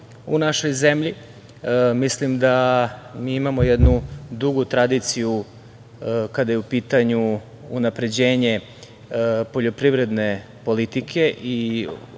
u našoj zemlji. Mislim da mi imamo jednu dugu tradiciju kada je u pitanju unapređenje poljoprivredne politike i ovo